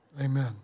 Amen